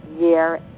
year